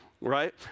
right